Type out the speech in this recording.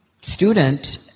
student